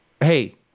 Hey